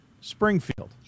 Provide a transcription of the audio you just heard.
springfield